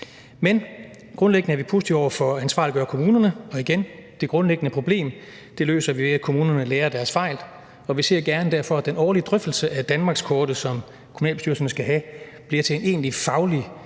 Men grundlæggende er vi positive over for at ansvarliggøre kommunerne, og igen: Det grundlæggende problem løser vi, ved at kommunerne lærer af deres fejl, og vi ser derfor gerne, at den årlige drøftelse af danmarkskortet, som kommunalbestyrelserne skal have, bliver til en egentlig faglig